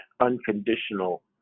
unconditional